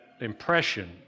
impression